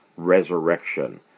resurrection